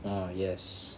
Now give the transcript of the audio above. orh yes